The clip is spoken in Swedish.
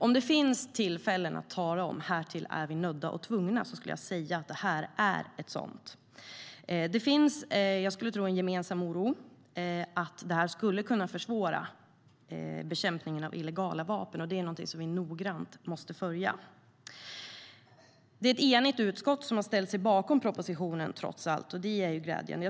Om det finns tillfällen att tala om att härtill är vi nödda och tvungna skulle jag säga att det här ett sådant tillfälle. Det finns en gemensam oro att det här förslaget kan försvåra bekämpningen av illegala vapen. Det är något som vi noggrant måste följa upp. Ett enigt utskott har ställt sig bakom propositionen, trots allt. Det är glädjande.